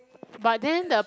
but then the